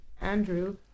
Andrew